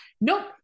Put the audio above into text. Nope